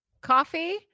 Coffee